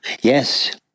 Yes